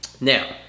Now